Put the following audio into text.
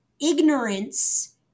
ignorance